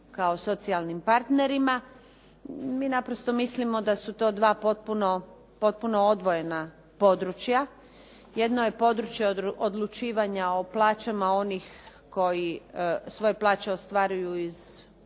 kao socijalnim partnerima, mi naprosto mislimo da su to dva potpuno odvojena područja. Jedno je područje odlučivanja o plaćama onih koji svoje plaće ostvaruju iz